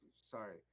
sorry